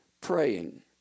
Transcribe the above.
praying